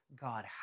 God